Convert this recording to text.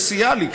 סייע לי,